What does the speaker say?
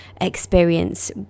experience